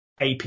AP